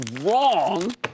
wrong